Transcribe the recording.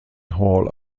hall